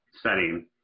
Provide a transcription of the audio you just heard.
setting